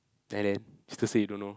then and still say you don't know